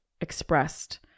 expressed